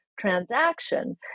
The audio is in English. transaction